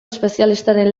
espezialistaren